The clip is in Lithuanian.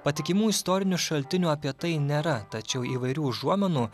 patikimų istorinių šaltinių apie tai nėra tačiau įvairių užuominų